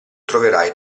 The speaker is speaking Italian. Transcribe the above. troverai